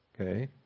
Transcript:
Okay